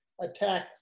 attack